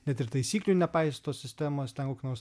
net ir taisyklių nepaiso tos sistemos ten kokio nors